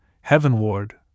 heaven-ward